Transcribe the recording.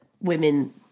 women